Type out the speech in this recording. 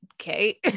Okay